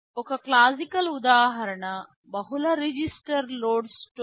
ఒక క్లాసికల్ ఉదాహరణ బహుళ రిజిస్టర్ లోడ్ స్టోర్